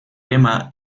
lema